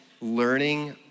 learning